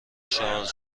شارژ